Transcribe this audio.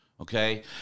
okay